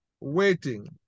waiting